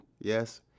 yes